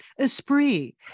Esprit